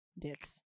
dicks